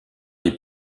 les